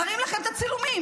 מראים לכם את הצילומים,